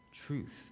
truth